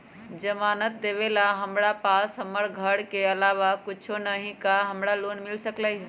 जमानत देवेला हमरा पास हमर घर के अलावा कुछो न ही का हमरा लोन मिल सकई ह?